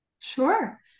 Sure